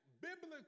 biblical